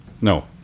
No